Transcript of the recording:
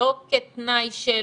לא כתנאי של